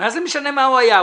מה זה משנה מה הוא היה?